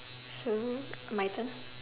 So my turn